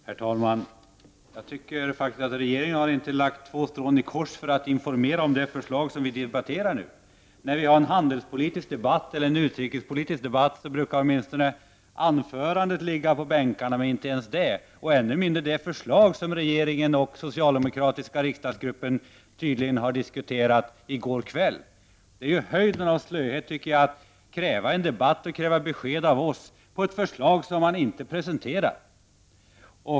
Herr talman! Jag anser faktiskt att regeringen inte lagt två strån i kors för att informera om det förslag som vi debatterar i dag. När vi har en handelspolitisk debatt eller en utrikespolitisk debatt brukar åtminstone manuskriptet till anförandet ligga på bänkarna. Men så är inte fallet i dag, och ännu mindre har vi fått ta del av det förslag som regeringen och den socialdemokratiska riksdagsgruppen tydligen diskuterade i går kväll. Det är höjden av slöhet att i en debatt kräva besked av oss om ett förslag som man inte har presenterat.